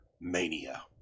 Mania